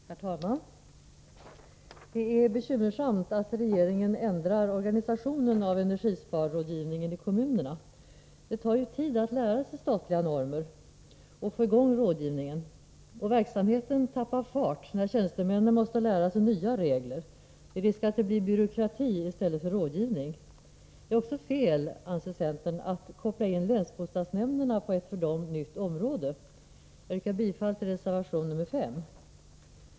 Herr talman! Det är bekymmersamt att regeringen ändrar organisationen av energisparrådgivningen i kommunerna. Det tar tid att lära sig statliga normer och få i gång rådgivning, och verksamheten tappar fart när tjänstemännen måste lära sig nya regler — med risk för att det blir byråkrati i stället för rådgivning. Det är också fel, anser centern, att koppla in länsbostadsnämnderna på ett för dem nytt område. Jag yrkar bifall till reservation 5.